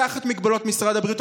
תחת מגבלות משרד הבריאות,